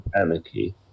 anarchy